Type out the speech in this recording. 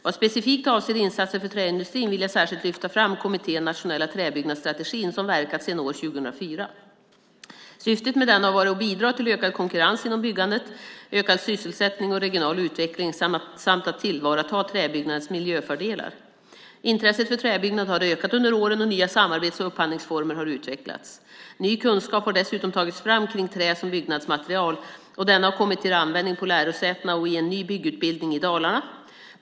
Vad specifikt avser insatser för träindustrin vill jag särskilt lyfta fram kommittén Nationella träbyggnadsstrategin som verkat sedan år 2004. Syftet med denna har varit att bidra till ökad konkurrens inom byggandet, ökad sysselsättning och regional utveckling samt att tillvarata träbyggandets miljöfördelar. Intresset för träbyggnad har ökat under åren, och nya samarbets och upphandlingsformer har utvecklats. Ny kunskap har dessutom tagits fram kring trä som byggnadsmaterial, och denna har kommit till användning på lärosätena och i en ny byggutbildning i Dalarna.